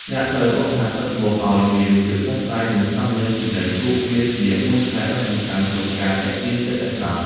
អ្នកត្រូវហ្វឹកហាត់ទឹកមុខឱ្យមានភាពស្រស់ស្រាយ និងស្នាមញញឹមជានិច្ច ព្រោះវាជាមន្តស្នេហ៍ដ៏សំខាន់ក្នុងការទាក់ទាញចិត្តអ្នកស្ដាប់។